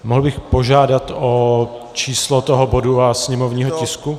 Mohl bych požádat o číslo toho bodu a sněmovního tisku?